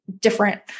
different